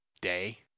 day